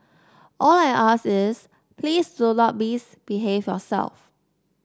all I ask is please do not misbehave yourself